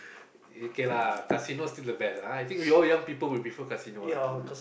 okay lah casino still the best I think we all young people will prefer casino lah